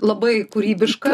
labai kūrybiška